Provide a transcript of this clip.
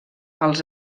els